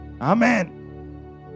amen